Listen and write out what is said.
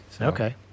Okay